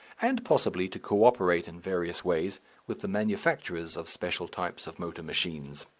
and possibly to co-operate in various ways with the manufactures of special types of motor machines.